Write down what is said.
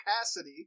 Cassidy